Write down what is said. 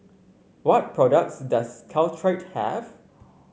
what products does Caltrate have